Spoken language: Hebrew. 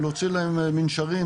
ולהוציא להם מנשרים,